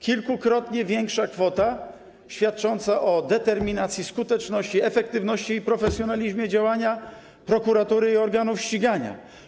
Kilkukrotnie większa kwota świadcząca o determinacji, skuteczności, efektywności i profesjonalizmie działania prokuratury i organów ścigania.